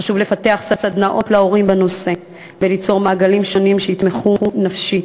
חשוב לפתח סדנאות להורים בנושא וליצור מעגלים שונים שיתמכו נפשית,